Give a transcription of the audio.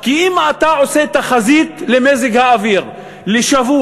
כי אם אתה עושה תחזית למזג-האוויר לשבוע,